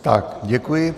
Tak děkuji.